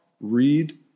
read